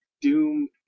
Doom